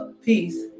peace